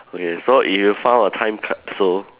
okay so if you found a time capsule